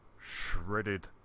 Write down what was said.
Shredded